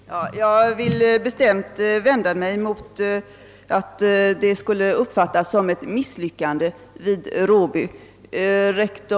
Herr talman! Jag vill bestämt vända mig emot att verksamheten vid Råby uppfattas som ett misslyckande.